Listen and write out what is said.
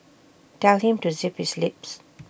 tell him to zip his lips